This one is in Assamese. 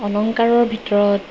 অলংকাৰৰ ভিতৰত